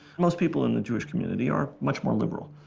most people in the jewish community are much more liberal.